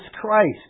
Christ